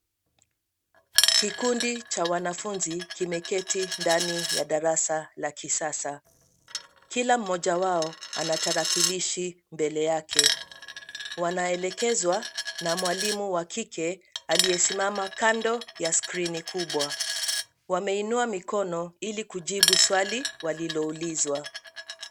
Kikundi cha wanafunzi kimeketi ndani ya darasa la kisasa. Kila mmoja wao ana tarakilishi mbele yake. Wanaelekezwa na mwalimu wa kike aliyesimama kando ya skrini kubwa. Wameinua mikono ilikujibu swali waliloulizwa.